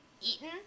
eaten